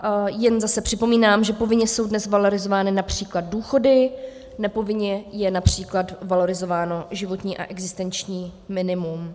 A jen zase připomínám, že povinně jsou dnes valorizovány například důchody, nepovinně je například valorizováno životní a existenční minimum.